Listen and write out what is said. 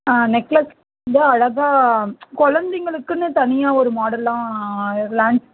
ஆ necklace வந்து அழகாக கொழந்தைங்களுக்குன்னு தனியாக ஒரு மாடலெல்லாம் லான்ச்